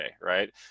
right